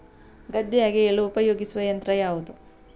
ಗದ್ದೆ ಅಗೆಯಲು ಉಪಯೋಗಿಸುವ ಯಂತ್ರ ಯಾವುದು?